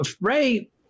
Ray